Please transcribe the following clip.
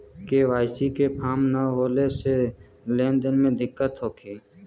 KYC के form न होले से लेन देन में दिक्कत होखी?